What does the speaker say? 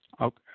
Okay